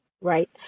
Right